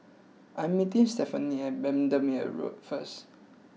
I am meeting Stefanie at Bendemeer Road first